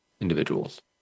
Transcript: individuals